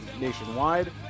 nationwide